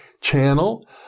channel